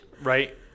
Right